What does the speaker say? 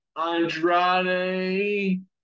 Andrade